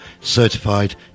Certified